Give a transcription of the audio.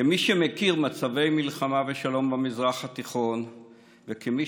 כמי שמכיר מצבי מלחמה ושלום במזרח התיכון וכמי